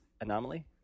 Anomaly